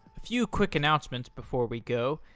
few quick announcements before we go.